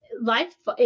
life